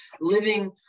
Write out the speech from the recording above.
living